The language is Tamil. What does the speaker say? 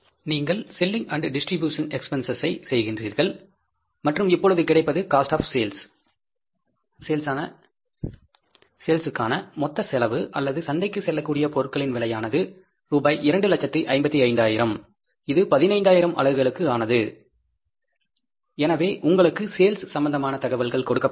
நீங்கள் செல்லிங் அண்ட் டிஸ்ட்ரிபியூஷன் எஸ்பிஎன்செஸ் ஐ செய்கின்றீர்கள் மற்றும் இப்பொழுது கிடைப்பது காஸ்ட் ஆப் சேல்ஸ் ஆன மொத்த செலவு அல்லது சந்தைக்கு செல்லக்கூடிய பொருட்களின் விலையானது ரூபாய் 255000 இது 15000 அலகுகளுக்கு ஆனது சரியா எனவே உங்களுக்கு சேல்ஸ் சம்பந்தமான தகவல்கள் கொடுக்கப்பட்டுள்ளன